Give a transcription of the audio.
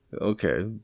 Okay